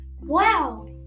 Wow